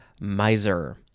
miser